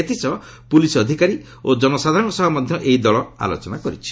ଏଥିସହ ପୁଲିସ୍ ଅଧିକାରୀ ଓ ଜନସାଧାରଣଙ୍କ ସହ ମଧ୍ୟ ଏହି ଦଳ ଆଲୋଚନା କରିଛି